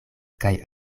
kaj